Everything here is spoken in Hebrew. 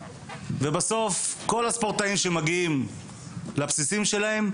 בסופו של דבר, כל הספורטאים שמגיעים לבסיסים שלהם,